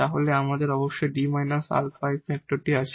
তাহলে আমাদের অবশ্যই 𝐷 𝑎 ফ্যাক্টর আছে